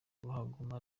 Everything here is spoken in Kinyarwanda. kuhaguma